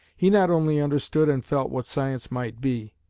he not only understood and felt what science might be,